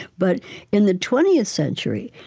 but in the twentieth century,